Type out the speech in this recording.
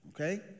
okay